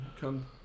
come